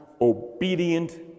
obedient